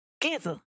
cancel